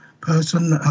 person